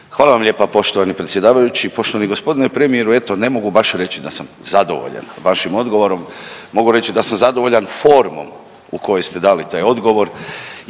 Hvala vam lijepa poštovani predsjedavajući, poštovani g. premijeru. Eto, ne mogu baš reći da sam zadovoljan vašim odgovorom, mogu reći da sam zadovoljan formom u kojoj ste dali taj odgovor